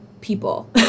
people